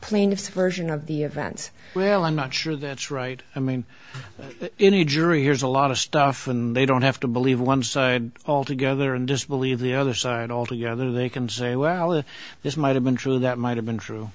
plaintiff's version of the events well i'm not sure that's right i mean any jury hears a lot of stuff and they don't have to believe one side altogether and disbelieve the other side and all together they can say well it just might have been true that might have been t